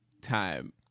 time